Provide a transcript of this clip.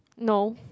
no